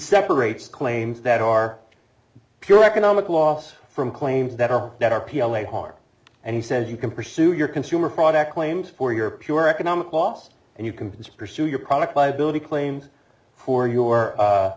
separates claims that are pure economic loss from claims that are not r p l a heart and he says you can pursue your consumer product claims for your pure economic loss and you can pursue your product liability claims for your